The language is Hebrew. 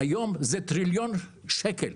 היום זה טריליון שקל.